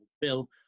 bill